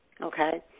okay